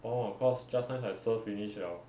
orh cause just nice I serve finish liao